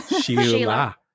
Sheila